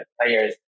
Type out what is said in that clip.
players